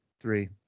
three